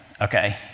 okay